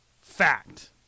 fact